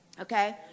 okay